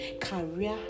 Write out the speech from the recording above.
career